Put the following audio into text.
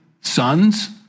sons